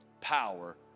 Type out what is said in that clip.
power